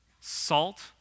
Salt